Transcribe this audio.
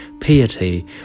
piety